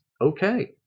okay